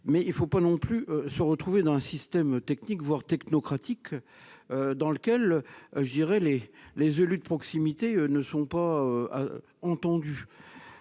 mais il ne faut pas non plus se retrouver dans un système technique, voire technocratique, dans lequel les élus de proximité ne sont pas entendus.